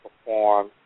perform